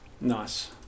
Nice